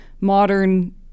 modern